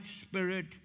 spirit